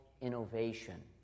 innovation